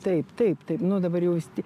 taip taip taip nu dabar jau visi tie